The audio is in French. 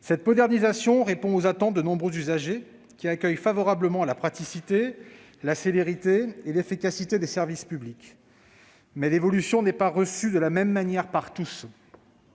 Cette modernisation répond aux attentes de nombreux usagers, qui accueillent favorablement la praticité, la célérité et l'efficacité des services publics. Mais l'évolution n'est pas reçue de la même manière par tous